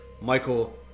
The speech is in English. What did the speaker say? Michael